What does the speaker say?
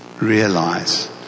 realize